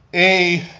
a